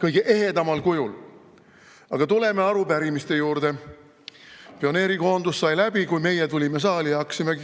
kõige ehedamal kujul. Aga tuleme arupärimise juurde. Pioneerikoondus sai läbi, kui meie tulime saali ja hakkasime